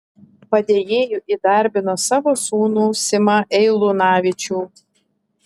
padėjėju įdarbino savo sūnų simą eilunavičių